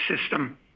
system